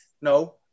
no